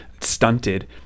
stunted